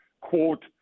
quote